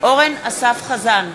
אורן אסף חזן,